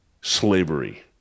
slavery